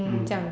mm